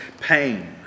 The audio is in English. pain